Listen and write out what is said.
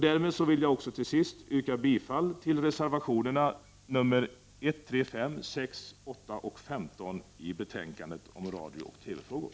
Därmed vill jag också till sist yrka bifall till reservationerna nr 1, 3, 5, 6, 8 och 15 i betänkandet om radiooch TV-frågor.